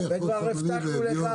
וכבר הבטחתי לך